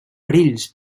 perills